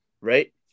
right